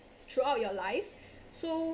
throughout your life so